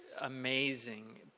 Amazing